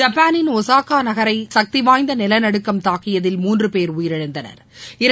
ஜப்பானின் ஒசாக்கா நகரை சக்தி வாய்ந்த நிலநடுக்கம் தாக்கியதில் மூன்று பேர் உயிரிழந்தனா்